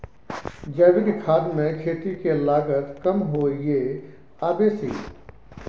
जैविक खाद मे खेती के लागत कम होय ये आ बेसी?